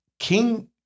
King